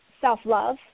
self-love